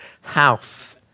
house